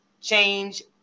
change